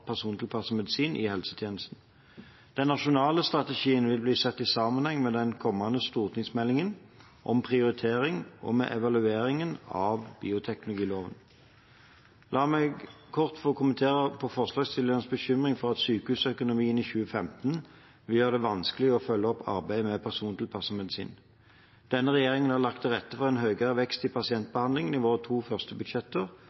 medisin i helsetjenesten. Den nasjonale strategien vil bli sett i sammenheng med den kommende stortingsmeldingen om prioritering og med evalueringen av bioteknologiloven. La meg kort få kommentere på forslagsstillernes bekymring for at sykehusøkonomien i 2015 vil gjøre det vanskelig å følge opp arbeidet med persontilpasset medisin. Denne regjeringen har lagt til rette for en høyere vekst i pasientbehandlingen i våre to første budsjetter,